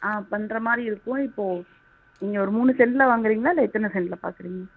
ஆ பண்ணுறமாரி இருக்கும் இப்போ நீங்கள் ஒரு மூணு செண்ட்டில் வாங்குறிங்களா இல்லை எத்தனை சென்ட்டில் பார்க்குறிங்க